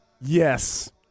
yes